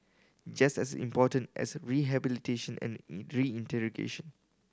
just as important as rehabilitation and reintegration